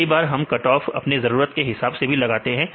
कई बार हम कट ऑफ अपने जरूरत के हिसाब से भी लगाते हैं